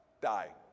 die